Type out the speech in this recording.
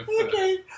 Okay